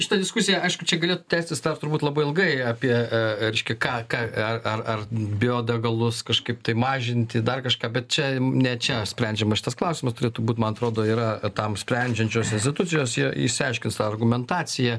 šita diskusija aišku čia gali tęstis tas turbūt labai ilgai apie e reiškia ką ką ar ar ar biodegalus kažkaip tai mažinti dar kažką bet čia ne čia sprendžiamas šitas klausimas turėtų būt man atrodo yra tam sprendžiančios institucijos jie išsiaiškins tą argumentaciją